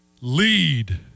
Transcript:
lead